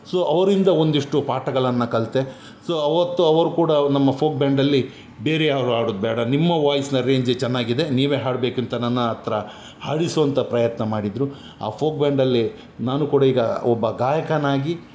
so ಅವರಿಂದ ಒಂದಿಷ್ಟು ಪಾಠಗಳನ್ನು ಕಲಿತೆ ಸೊ ಅವತ್ತು ಅವರು ಕೂಡ ನಮ್ಮ ಫೋಕ್ ಬ್ಯಾಂಡಲ್ಲಿ ಬೇರೆಯವರು ಆಡೋದು ಬೇಡ ನಿಮ್ಮ ವಾಯ್ಸ್ನ ರೇಂಜೆ ಚೆನ್ನಾಗಿದೆ ನೀವೇ ಹಾಡಬೇಕಂತ ನನ್ನ ಹತ್ತಿರ ಹಾಡಿಸುವಂಥ ಪ್ರಯತ್ನ ಮಾಡಿದರು ಆ ಫೋಕ್ ಬ್ಯಾಂಡಲ್ಲಿ ನಾನು ಕೂಡ ಈಗ ಒಬ್ಬ ಗಾಯಕನಾಗಿ